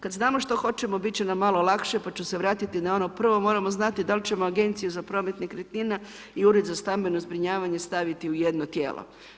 Kad znamo što hoćemo bit će nam malo lakše, pa ću se vratiti na ono prvo moramo znati da li ćemo Agenciju za promet nekretnina i Ured za stambeno zbrinjavanje staviti u jedno tijelo.